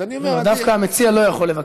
אז אני אומר, לא, דווקא המציע לא יכול לבקש.